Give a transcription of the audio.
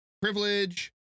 privilege